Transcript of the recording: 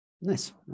nice